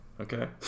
okay